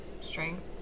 Strength